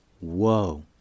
Whoa